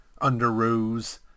underoos